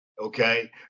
okay